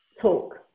talk